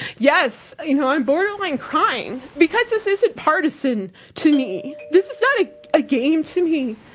yes, you know, i'm borderline crying because this isn't partisan to me. this is not a ah game to me.